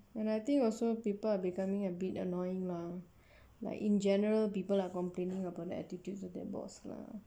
and I think also people are becoming a bit annoying mah like in general people are complaining about the attitudes of their boss lah